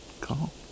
call